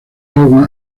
rowan